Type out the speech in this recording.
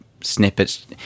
snippets